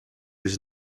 was